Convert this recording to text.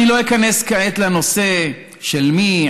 אני לא איכנס כעת לנושא של מי,